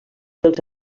dels